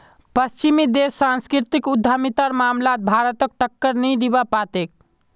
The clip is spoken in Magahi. पश्चिमी देश सांस्कृतिक उद्यमितार मामलात भारतक टक्कर नी दीबा पा तेक